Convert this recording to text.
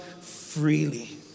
freely